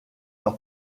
leur